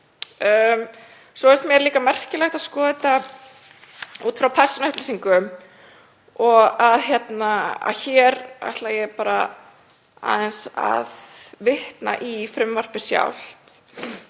Svo finnst mér líka merkilegt að skoða þetta út frá persónuupplýsingum og hér ætla ég aðeins að vitna í frumvarpið sjálft.